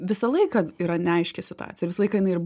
visą laiką yra neaiški situacija ir visą laiką jinai ir